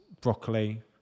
broccoli